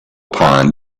pond